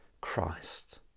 Christ